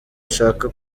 nshaka